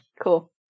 Cool